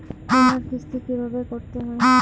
বিমার কিস্তি কিভাবে করতে হয়?